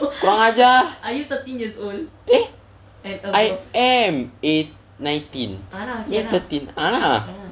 kurang ajar eh I am eight nineteen ni thirteen years uh lah